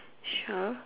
sure